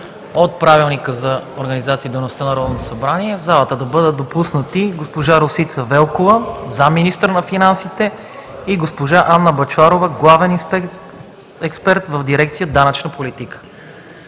и дейността на Народното събрание в залата да бъдат допуснати госпожа Росица Велкова – заместник-министър на финансите, и госпожа Анна Бъчварова – главен експерт в дирекция „Данъчна политика“.